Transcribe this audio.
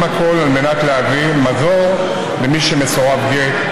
הכול על מנת להביא מזור למי שמסורב גט,